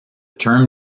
term